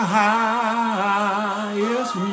highest